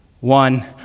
one